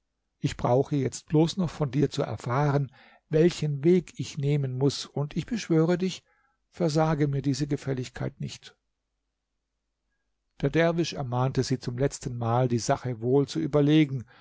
ich brauche jetzt bloß noch von dir zu erfahren welchen weg ich nehmen muß und ich beschwöre dich versage mir diese gefälligkeit nicht der derwisch ermahnte sie zum letztenmal die sache wohl zu überlegen